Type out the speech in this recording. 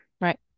right